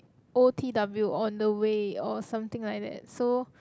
O_T_W on the way or something like that so